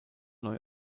neu